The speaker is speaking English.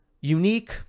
Unique